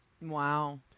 Wow